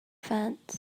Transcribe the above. fence